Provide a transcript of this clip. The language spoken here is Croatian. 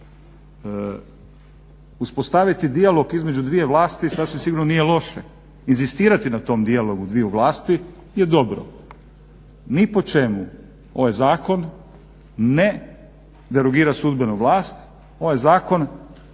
Uspostaviti dijalog između dvije vlasti sasvim sigurno nije loše, inzistirati na tom dijalogu dviju vlasti je dobro. Ni po čemu ovaj zakon ne derogira sudbenu vlast, ovaj zakon